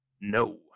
No